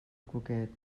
cuquet